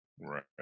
Right